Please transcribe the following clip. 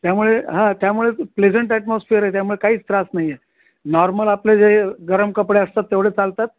त्यामुळे हां त्यामुळेच प्लेझंट ॲटमॉस्फियर आहे त्यामुळे काहीच त्रास नाही आहे नॉर्मल आपले जे गरम कपडे असतात तेवढे चालतात